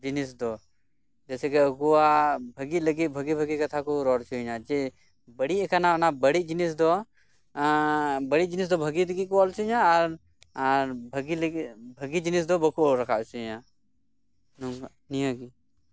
ᱡᱤᱱᱤᱥ ᱫᱚ ᱡᱮᱥᱮᱠᱮ ᱟᱠᱚᱣᱟᱜ ᱵᱷᱟᱹᱜᱤᱜ ᱞᱟᱹᱜᱤᱫ ᱵᱷᱟᱹᱜᱤ ᱵᱷᱟᱹᱜᱤ ᱠᱟᱛᱷᱟ ᱠᱚ ᱨᱚᱲ ᱚᱪᱩᱧ ᱟ ᱡᱮ ᱵᱟᱹᱲᱤᱡ ᱟᱠᱟᱱᱟ ᱚᱱᱟ ᱵᱟᱹᱲᱤᱡ ᱡᱤᱱᱤᱥ ᱫᱚ ᱵᱟᱹᱲᱤᱡ ᱡᱤᱱᱤᱥ ᱫᱚ ᱵᱷᱟᱹᱜᱤ ᱞᱟᱹᱜᱤᱫ ᱠᱚ ᱚᱞ ᱚᱪᱩᱧᱟ ᱟᱨ ᱵᱷᱟᱹᱜᱤ ᱞᱟᱹᱜᱤᱫ ᱵᱷᱟᱹᱜᱤ ᱡᱤᱱᱤᱥ ᱫᱚ ᱵᱟᱠᱚ ᱚᱞ ᱨᱟᱠᱟᱵ ᱚᱪᱩᱧᱟ ᱢᱤᱭᱟᱹᱜᱮ